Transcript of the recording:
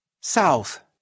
South